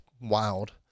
wild